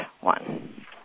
one